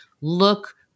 look